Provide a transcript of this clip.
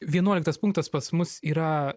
vienuoliktas punktas pas mus yra